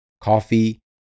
Coffee